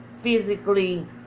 physically